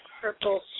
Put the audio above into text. purple